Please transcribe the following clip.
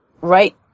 right